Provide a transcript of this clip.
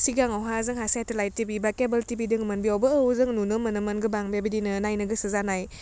सिगांआवहा जोंहा satellite TV बा cable TV दोङोमोन बेयावबो औ जों नुनो मोनोमोन गोबां बेबादिनो नायनो गोसो जानाय